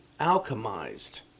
alchemized